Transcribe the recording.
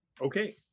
Okay